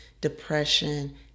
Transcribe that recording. depression